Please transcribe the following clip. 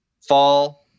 fall